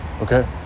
okay